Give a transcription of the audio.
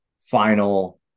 final